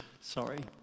Sorry